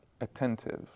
attentive